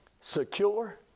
secure